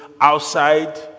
outside